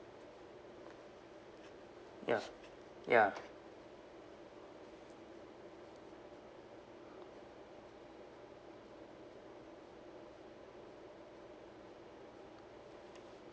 ya ya